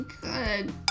good